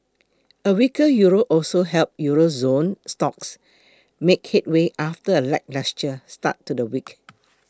a weaker Euro also helped Euro zone stocks make headway after a lacklustre start to the week